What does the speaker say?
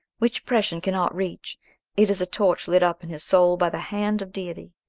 which oppression cannot reach it is a torch lit up in his soul by the hand of deity,